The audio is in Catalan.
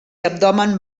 abdomen